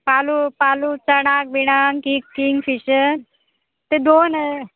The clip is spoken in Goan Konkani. पालू पालू चणाक बिणांक किंगफिश ते दोन